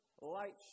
light